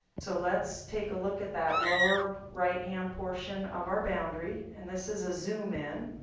so let's take a look at that lower right hand portion of our boundary. and this is a zoom in.